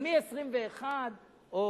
אבל מ-21,000 שקל,